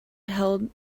held